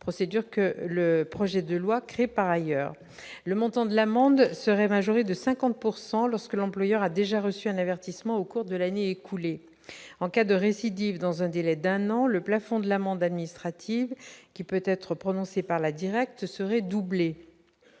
procédure que le projet de loi crée par ailleurs, le montant de l'amende serait majorée de 50 pourcent lorsque l'employeur a déjà reçu un avertissement au cours de l'année écoulée en cas de récidive dans un délai d'un an, le plafond de l'amende administrative qui peut être prononcée par la directe serait doublé